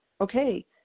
okay